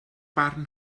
barn